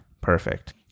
perfect